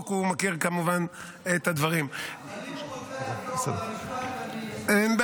ברזל) (פגישה עם עורך דין של עצור בעבירת ביטחון) (תיקון מס' 4),